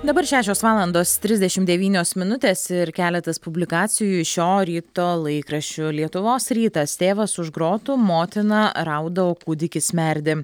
dabar šešios valandos trisdešim devynios minutės ir keletas publikacijų iš šio ryto laikraščių lietuvos rytas tėvas už grotų motina rauda o kūdikis merdi